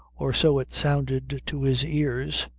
or so it sounded to his ears.